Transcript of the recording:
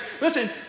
Listen